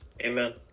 amen